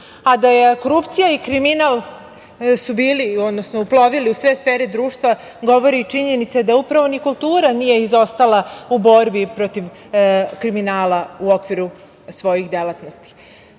A da su korupcija i kriminal, su bili, odnosno uplovili u sve sfere društva govori i činjenica da upravo ni kultura nije izostala u borbi protiv kriminala u okviru svojih delatnosti. Mi